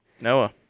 Noah